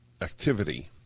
activity